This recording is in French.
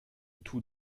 tout